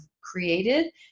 created